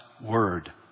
word